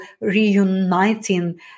reuniting